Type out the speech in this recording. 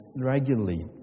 regularly